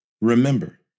remember